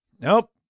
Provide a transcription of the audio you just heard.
Nope